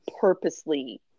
purposely